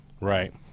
Right